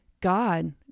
God